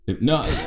No